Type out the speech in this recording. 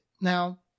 Now